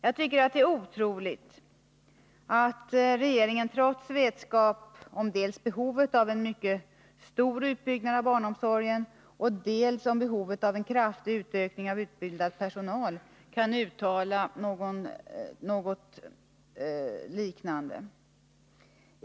Jag tycker att det är otroligt att regeringen trots vetskap om dels behovet av en mycket stor utbyggnad av barnomsorgen, dels behovet av en kraftig utökning av utbildad personal kan uttala något liknande.